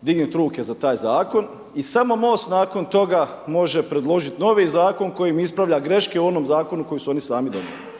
dignuti ruke za taj zakon i samo MOST nakon toga može predložiti novi zakon kojim ispravlja greške u onom zakonu koji su oni sami donijeli.